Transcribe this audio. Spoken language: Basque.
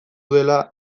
dela